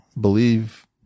Believe